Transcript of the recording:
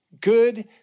good